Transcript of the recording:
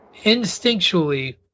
instinctually